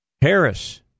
Harris